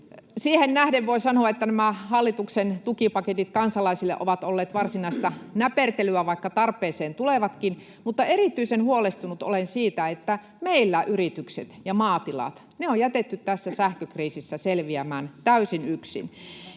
Siihen nähden voi sanoa, että nämä hallituksen tukipaketit kansalaisille ovat olleet varsinaista näpertelyä, vaikka tarpeeseen tulevatkin, mutta erityisen huolestunut olen siitä, että meillä yritykset ja maatilat on jätetty tässä sähkökriisissä selviämään täysin yksin.